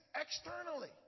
externally